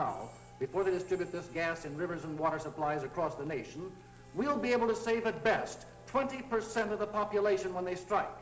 now before they distribute this gas and rivers and water supplies across the nation we'll be able to save the past twenty percent of the population when they strike